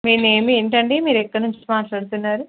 మీ name ఏంటి అండి మీరు ఎక్కడ నుంచి మాట్లాడుతున్నారు